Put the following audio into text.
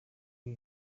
ibi